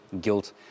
guilt